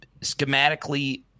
Schematically